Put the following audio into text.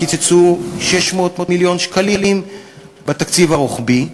קיצצו 600 מיליון שקלים בתקציב הרוחבי,